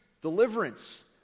deliverance